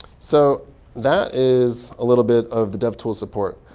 so that is a little bit of the devtools support.